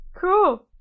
cool